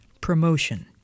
promotion